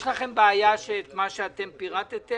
יש לכם בעיה שנכניס לחוק את מה שאתם פירטתם?